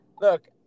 look